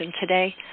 today